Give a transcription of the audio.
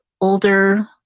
older